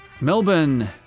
Melbourne